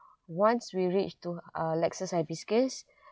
once we reach to uh lexis hibiscus